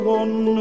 one